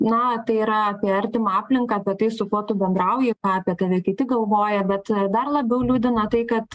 na tai yra apie artimą aplinką apie tai su kuo tu bendrauji ką apie kiti galvoja bet dar labiau liūdina tai kad